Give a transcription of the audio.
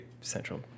central